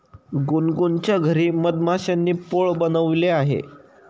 गुनगुनच्या घरी मधमाश्यांनी पोळं बनवले होते